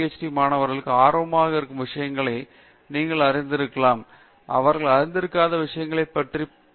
D மாணவர்களுக்குத் ஆர்வமாக இருக்கும் விஷயங்களை நீங்கள் அறிந்திருக்கலாம் அவர்கள் அறிந்திருக்காத விஷயங்கள் மற்றும் பல